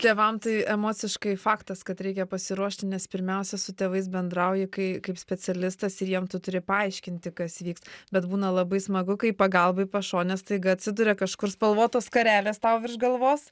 tėvam tai emociškai faktas kad reikia pasiruošti nes pirmiausia su tėvais bendrauji kai kaip specialistas ir jiem tu turi paaiškinti kas vyks bet būna labai smagu kai pagalba į pašonę staiga atsiduria kažkur spalvotos skarelės tau virš galvos